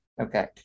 okay